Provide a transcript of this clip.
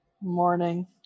Morning